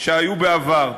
שהיו בעבר.